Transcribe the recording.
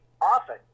often